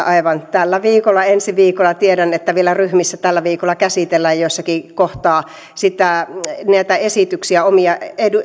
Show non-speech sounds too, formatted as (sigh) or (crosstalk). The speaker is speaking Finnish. (unintelligible) aivan tällä viikolla ensi viikolla tiedän että vielä ryhmissä tällä viikolla käsitellään jossakin kohtaa näitä esityksiä omia